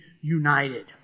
united